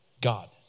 God